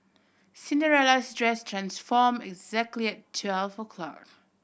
Cinderella's dress transformed exactly at twelve o'clock